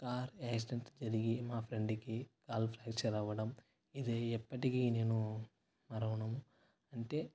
car accident జరిగి మా ఫ్రెండ్కి కాలు ఫ్రాక్చర్ అవడం ఇది ఎప్పటికీ నేను మరువను అంటే